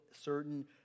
certain